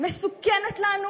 מסוכנת לנו